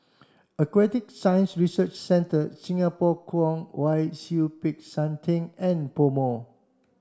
Aquatic Science Research Centre Singapore Kwong Wai Siew Peck San Theng and PoMo